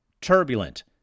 Turbulent